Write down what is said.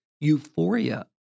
euphoria